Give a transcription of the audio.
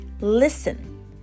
listen